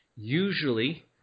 usually